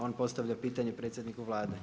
On postavlja pitanje predsjedniku Vlade.